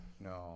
No